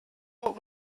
what